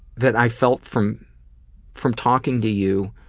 that i felt from from talking to you.